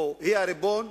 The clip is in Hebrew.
היא הריבון,